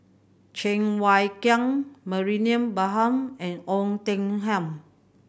Cheng Wai Keung Mariam Baharom and Oei Tiong Ham